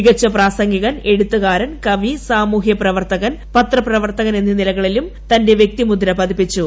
മികച്ച പ്രാസംഗികൻ എഴുത്തുകാരൻ കവി സാമൂഹ്യ പ്രവർത്തകൻ പത്ര പ്രവർത്തകൻ എന്നീ നിലകളിലും തന്റെ വ്യക്തിമുദ്ര പതിപ്പിച്ചു